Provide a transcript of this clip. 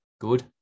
good